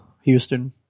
Houston